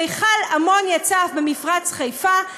מכל אמוניה צף במפרץ חיפה,